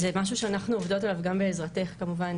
זה משהו שאנחנו עובדות עליו גם בעזרתך כמובן,